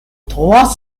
trois